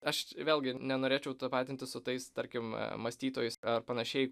aš vėlgi nenorėčiau tapatintis su tais tarkim mąstytojais ar panašiai